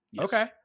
okay